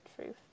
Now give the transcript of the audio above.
Truth